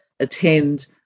attend